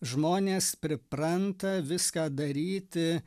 žmonės pripranta viską daryti